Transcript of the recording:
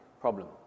problem